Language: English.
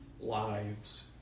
lives